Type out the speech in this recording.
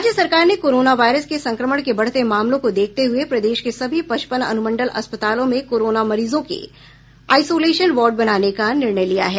राज्य सरकार ने कोरोना वायरस के संक्रमण के बढ़ते मामलों को देखते हुये प्रदेश के सभी पचपन अनुमंडल अस्पतालों में कोरोना मरीजों के आईसोलेशन वार्ड बनाने का निर्णय लिया है